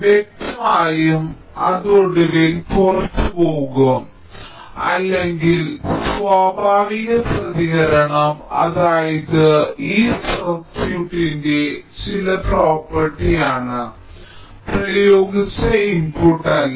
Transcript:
വ്യക്തമായും അത് ഒടുവിൽ പുറത്തുപോകും അല്ലെങ്കിൽ സ്വാഭാവിക പ്രതികരണം അതായത് ഇത് സർക്യൂട്ടിന്റെ ചില പ്രോപ്പർട്ടി ആണ് പ്രയോഗിച്ച ഇൻപുട്ടല്ല